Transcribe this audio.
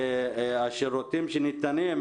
השירותים שניתנים.